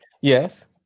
yes